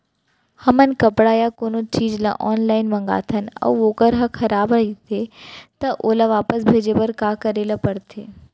हमन कपड़ा या कोनो चीज ल ऑनलाइन मँगाथन अऊ वोकर ह खराब रहिये ता ओला वापस भेजे बर का करे ल पढ़थे?